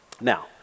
Now